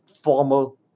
formal